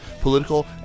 political